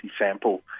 sample